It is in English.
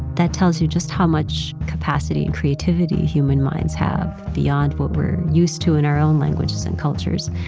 that tells you just how much capacity and creativity human minds have, beyond what we're used to in our own languages and cultures,